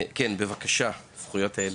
כן בבקשה, מועצה לזכויות הילד.